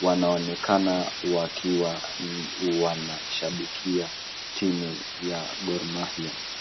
wanaonekana wakiwa wanashabikia timu ya Gor Maiya.